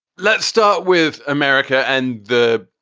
let's start with america and the.